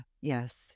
yes